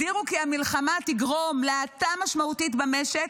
הזהירו כי המלחמה תגרום להאטה משמעותית במשק,